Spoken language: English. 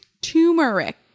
Turmeric